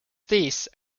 these